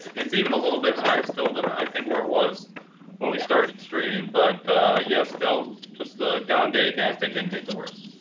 it's even a little bit higher still than i think where it was when we started streaming. but yes, still just a down day. nasdaq getting and hit the worst.